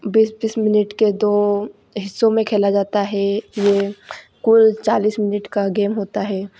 बीस बीस मिनट के दो हिस्सों में खेला जाता है यह कुल चालीस मिनट का गेम होता है